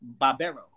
Barbero